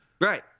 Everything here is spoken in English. Right